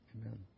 Amen